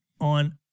on